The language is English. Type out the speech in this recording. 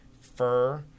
fur